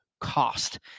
cost